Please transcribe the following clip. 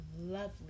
lovely